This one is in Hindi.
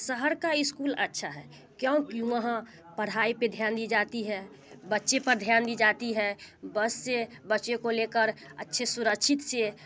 शहर का इस्कूल अच्छा है क्योंकि वहाँ पढ़ाई पर ध्यान दी जाती है बच्चे पर ध्यान दी जाती है बस से बच्चे को ले कर अच्छी सुरक्षा से